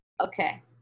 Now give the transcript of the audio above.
Okay